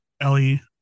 Ellie